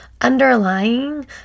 underlying